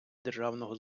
державного